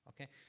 okay